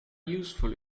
useful